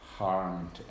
harm